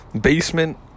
basement